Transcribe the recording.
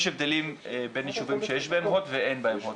יש הבדלים בין יישובים שיש בהם הוט ואין בהם הוט,